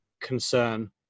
concern